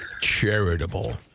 charitable